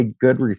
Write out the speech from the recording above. good